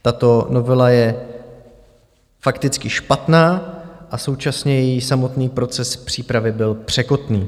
Tato novela je fakticky špatná a současně její samotný proces přípravy byl překotný.